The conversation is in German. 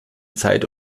zeit